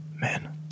Man